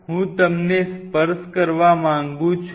હું તમને સ્પર્શ કરવા માંગુ છું